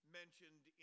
mentioned